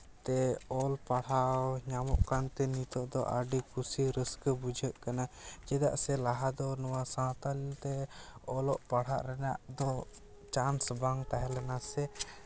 ᱛᱮ ᱚᱞ ᱯᱟᱲᱦᱟᱣ ᱧᱟᱢᱚᱜ ᱠᱟᱱᱛᱮ ᱱᱤᱛᱳᱜ ᱫᱚ ᱟᱹᱰᱤ ᱠᱩᱥᱤ ᱨᱟᱹᱥᱠᱟᱹ ᱵᱩᱡᱷᱟᱹᱜ ᱠᱟᱱᱟ ᱪᱮᱫᱟᱜ ᱥᱮ ᱞᱟᱦᱟ ᱫᱚ ᱥᱟᱶᱛᱟᱞᱤ ᱛᱮ ᱚᱞᱚᱜ ᱯᱟᱲᱦᱟᱜ ᱨᱮᱱᱟᱜ ᱫᱚ ᱪᱟᱱᱥ ᱵᱟᱝ ᱛᱟᱦᱮᱸ ᱞᱮᱱᱟ ᱥᱮ